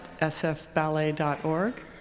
sfballet.org